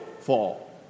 fall